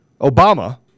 Obama